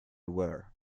were